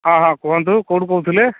ହଁ ହଁ କୁହନ୍ତୁ କେଉଁଠୁ କହୁଥିଲେ